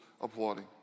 applauding